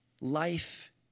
life